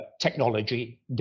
technology